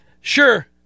Sure